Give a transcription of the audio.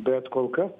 bet kol kas